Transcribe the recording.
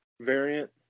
variant